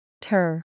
Ter